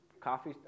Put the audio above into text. coffee